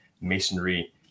masonry